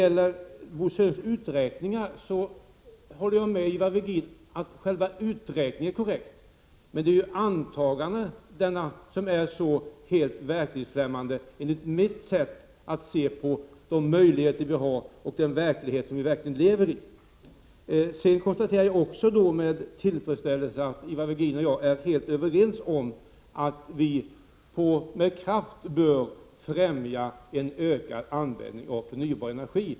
Jag håller med Ivar Virgin om att Bo Söderstens uträkningar som sådana är korrekta. Men enligt mitt sätt att se på de möjligheter vi har och den verklighet som vi lever i är antagandena helt verklighetsfrämmande. Jag konsta terar också med tillfredsställelse att Ivar Virgin är helt överens om att vi med kraft bör främja en ökad användning av förnybar energi.